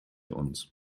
uns